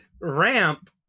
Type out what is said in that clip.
ramp